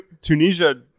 Tunisia